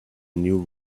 new